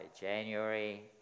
January